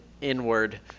inward